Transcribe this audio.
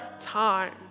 time